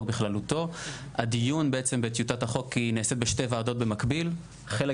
בכללותו - הדיון בעצם בטיוטת החוק היא נעשית בשתי ועדות במקביל: חלק